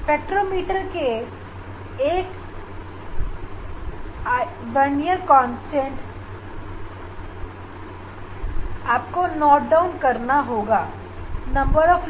spectrometer के दो vernier constant vernier 1 और वर्नियर 2 और नंबर ऑफ